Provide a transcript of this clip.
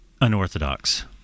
Unorthodox